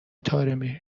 طارمی